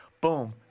boom